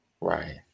Right